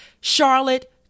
Charlotte